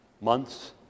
months